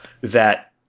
that-